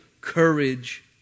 courage